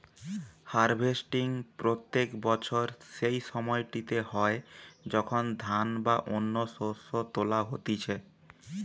harvesting প্রত্যেক বছর সেই সময়টিতে হয় যখন ধান বা অন্য শস্য তোলা হতিছে